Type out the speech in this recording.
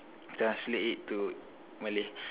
translate it to Malay